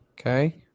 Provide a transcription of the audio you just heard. Okay